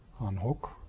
unhook